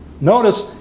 Notice